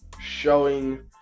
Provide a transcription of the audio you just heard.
showing